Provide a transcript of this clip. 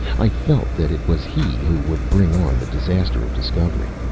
i felt that it was he who would bring on the disaster of discovery.